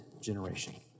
generation